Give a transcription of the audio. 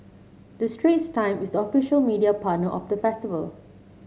the Straits Times is the official media partner of the festival